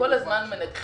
כל הכבוד, זה חידוש גדול.